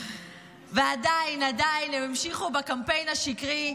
ועדיין, עדיין הם המשיכו בקמפיין השקרי.